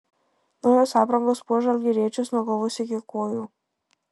naujos aprangos puoš žalgiriečius nuo galvos iki kojų